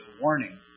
warning